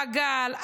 מגל,